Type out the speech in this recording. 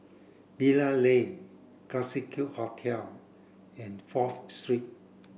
Bilal Lane Classique Hotel and Fourth Street